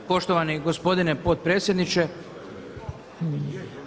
Poštovani gospodine potpredsjedniče.